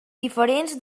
diferents